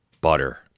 Butter